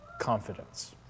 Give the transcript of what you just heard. Confidence